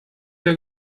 der